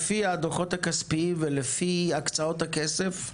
לפי הדוחות הכספיים ולפי הקצאות הכסף,